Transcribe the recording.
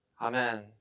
Amen